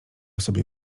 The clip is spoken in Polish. sobie